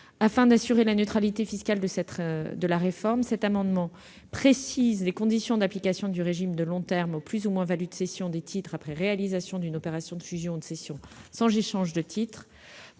afin d'assurer la neutralité fiscale de la réforme, cet amendement tend à préciser les conditions d'application du régime du long terme aux plus ou moins-values de cession des titres après réalisation d'une opération de fusion ou de scission sans échange de titres.